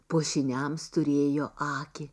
puošiniams turėjo akį